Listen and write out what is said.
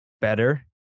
better